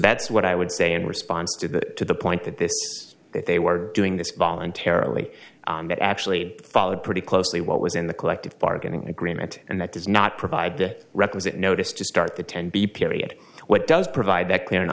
that's what i would say in response to the to the point that this that they were doing this voluntarily that actually followed pretty closely what was in the collective bargaining agreement and that does not provide the requisite notice to start the tenby period what does provide that clear and